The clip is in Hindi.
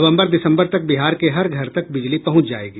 नवंबर दिसंबर तक बिहार के हर घर तक बिजली पहुंच जाएगी